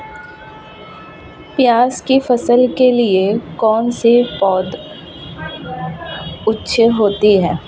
प्याज़ की फसल के लिए कौनसी पौद अच्छी होती है?